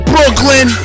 Brooklyn